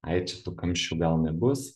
ai čia tų kamščių gal nebus